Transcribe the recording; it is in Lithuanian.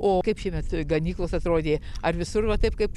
o kaip šįmet ganyklos atrodė ar visur va taip kaip